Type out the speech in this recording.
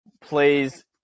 plays